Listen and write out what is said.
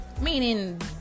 meaning